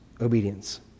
obedience